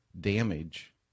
damage